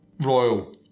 Royal